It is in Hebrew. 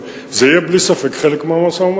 אבל זה יהיה, בלי ספק, חלק מהמשא-ומתן.